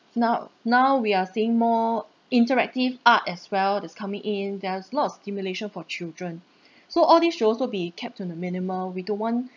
now now we are seeing more interactive art as well that's coming in there are lots of stimulation for children so all these should also be kept on the minimum we don't want